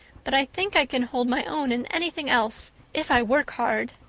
but i think i can hold my own in anything else if i work hard.